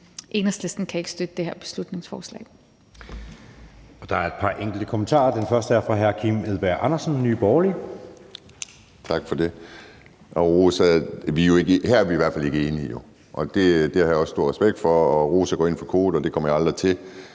Enhedslisten kan ikke støtte det her beslutningsforslag.